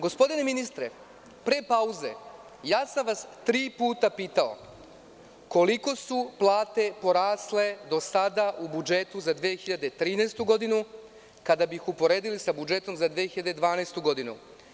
Gospodine ministre, pre pauze ja sam vas tri puta pitao koliko su plate porasle do sada u budžetu za 2013. godinu, kada bih uporedili sa budžetom za 2012. godinu?